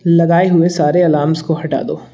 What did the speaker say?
लगाए हुए सारे अलार्मों को हटा दो